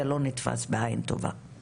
זה לא נתפס בעין טובה.